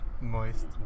Moist